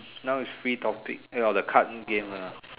now is free topic eh no the card game ah